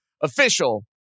official